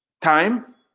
time